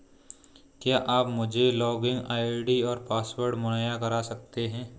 क्या आप मुझे लॉगिन आई.डी और पासवर्ड मुहैय्या करवा सकते हैं?